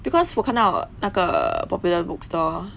because 我看到那个 Popular bookstore